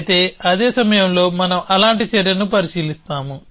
అయితే అదే సమయంలో మనం అలాంటి చర్యను పరిశీలిస్తాము